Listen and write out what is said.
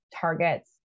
targets